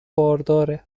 بارداره